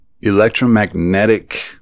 electromagnetic